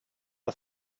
are